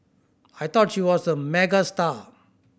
I thought she was a megastar